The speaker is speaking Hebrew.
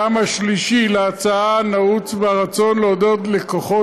0.01%. הטעם השלישי להצעה נעוץ ברצון לעודד לקוחות